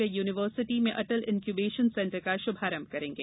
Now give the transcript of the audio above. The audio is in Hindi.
वे यूनिवर्सिटी में अटल इंन्यूबेशन सेंटर का शुभारंभ करेंगे